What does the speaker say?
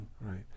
Right